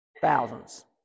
Thousands